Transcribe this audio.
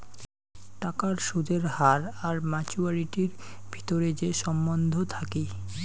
টাকার সুদের হার আর মাচুয়ারিটির ভিতরে যে সম্বন্ধ থাকি